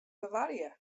bewarje